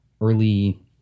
early